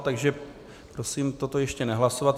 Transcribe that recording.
Takže prosím toto ještě nehlasovat.